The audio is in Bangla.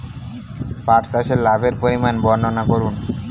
পাঠ চাষের লাভের পরিমান বর্ননা করুন?